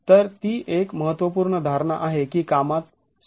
तर ती एक महत्त्वपूर्ण धारणा आहे की कामात स्वतःच आहे